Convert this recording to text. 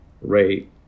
rate